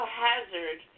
hazard